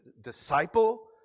disciple